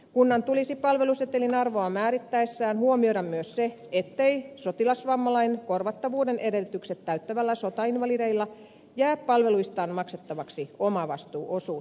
kunnan tulisi palvelusetelin arvoa määrittäessään huomioida myös se ettei sotilasvammalain korvattavuuden edellytykset täyttävillä sotainvalideilla jää palveluistaan maksettavaksi omavastuuosuutta